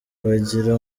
bagira